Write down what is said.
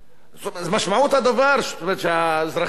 משמעות הדבר זאת אומרת שהאזרחים הערבים,